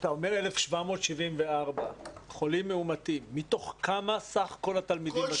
כשאתה אומר 1,774 חולים מאומתים מתוך כמה סך כל התלמידים בשכבות?